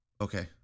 Okay